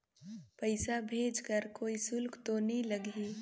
पइसा भेज कर कोई शुल्क तो नी लगही?